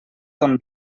ton